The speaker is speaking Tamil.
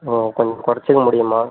ஓ கொஞ்சம் குறச்சிக்க முடியுமா